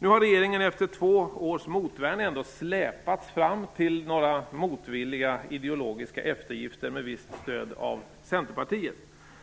Nu har regeringen efter två års motvärn ändå släpats fram till några motvilliga ideologiska eftergifter med visst stöd av Centerpartiet.